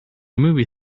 movie